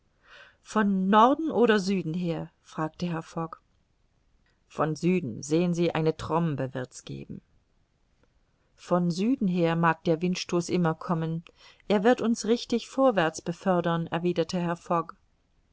von norden oder süden her fragte herr fogg von süden sehen sie eine trombe wird's geben von süden her mag der windstoß immer kommen er wird uns richtig vorwärts befördern erwiderte